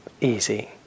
easy